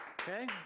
Okay